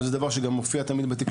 וזה דבר שמופיע גם בתקשורת,